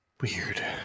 Weird